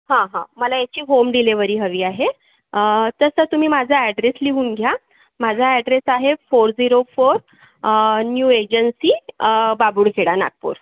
हं हं मला याची होम डिलिव्हरी हवी आहे अं तर सर तुम्ही माझा ॲड्रेस लिहून घ्या माझा ॲड्रेस आहे four zero four um new agency um Babulkheda Nagpur